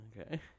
Okay